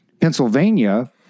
Pennsylvania